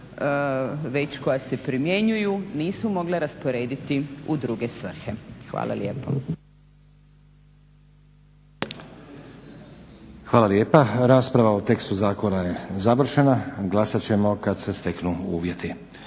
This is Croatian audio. već koja se primjenjuju nisu mogla rasporediti u druge svrhe. Hvala lijepo. **Stazić, Nenad (SDP)** Hvala lijepa. Rasprava o tekstu zakona je završena, glasat ćemo kada se steknu uvjeti.